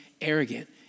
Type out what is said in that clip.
arrogant